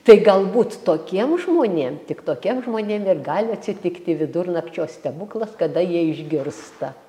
tai galbūt tokiem žmonėm tik tokiem žmonėm ir gali atsitikti vidurnakčio stebuklas kada jie išgirsta